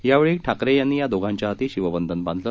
यावेळीठाकरेयांनीयादोघांच्याहातीशिवबंधनबांधलं